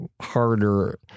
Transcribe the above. harder